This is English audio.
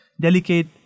delicate